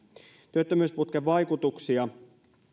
työttömyysputken vaikutuksia